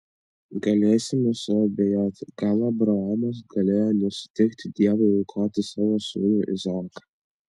galėsime suabejoti gal abraomas galėjo nesutikti dievui aukoti savo sūnų izaoką